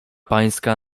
pańska